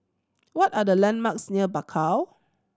what are the landmarks near Bakau